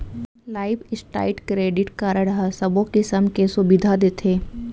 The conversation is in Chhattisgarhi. लाइफ स्टाइड क्रेडिट कारड ह सबो किसम के सुबिधा देथे